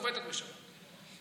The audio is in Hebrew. עובדת בשבת,